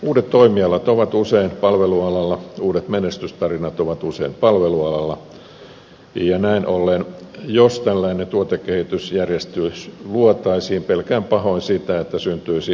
uudet toimialat ovat usein palvelualalla uudet menestystarinat ovat usein palvelualalla ja näin ollen jos tällainen tuotekehitysjärjestys luotaisiin pelkään pahoin sitä että syntyisi veroeroosiota